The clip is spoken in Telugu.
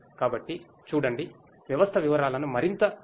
కాబట్టి చూడండి వ్యవస్థ వివరాలను మరింత వివరిస్తుంది